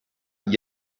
gli